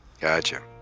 Gotcha